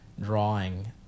drawing